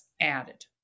added